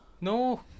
No